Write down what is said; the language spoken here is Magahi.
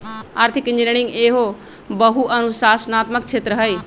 आर्थिक इंजीनियरिंग एहो बहु अनुशासनात्मक क्षेत्र हइ